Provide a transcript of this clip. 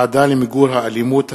(ועדה למיגור האלימות),